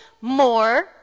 more